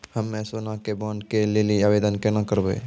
हम्मे सोना के बॉन्ड के लेली आवेदन केना करबै?